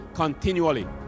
continually